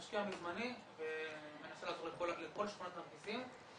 משקיע מזמני ומנסה לעזור לכל שכונת נרקיסים,